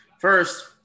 First